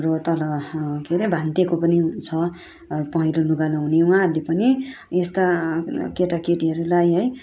हाम्रो तल के अरे भान्तेको पनि छ पहेलो लुगा लगाउने उहाँहरूले पनि यस्ता केटाकेटीहरूलाई है